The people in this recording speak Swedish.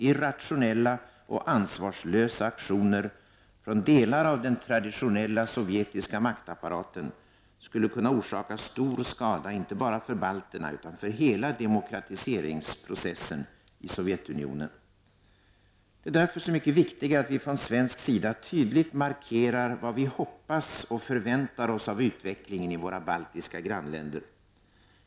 Irrationella och ansvarslösa aktioner från delar av den traditonella sovjetiska maktapparaten skulle kunna orsaka stor skada inte bara för balterna utan för hela demokratiseringsprocessen i Det är därför så mycket viktigare att vi från svensk sida tydligt markerar vad vi hoppas och förväntar oss av utvecklingen i våra baltiska grannländer.